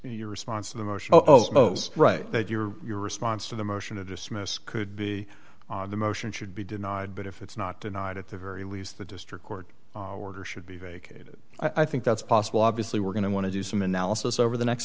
your response to the motion right that your your response to the motion to dismiss could be the motion should be denied but if it's not tonight at the very least the district court order should be vacated i think that's possible obviously we're going to want to do some analysis over the next